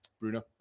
Bruno